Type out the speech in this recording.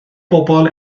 bobol